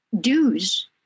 dues